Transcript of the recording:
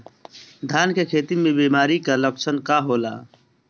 धान के खेती में बिमारी का लक्षण का होला?